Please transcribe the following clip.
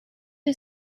who